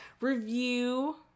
review